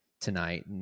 tonight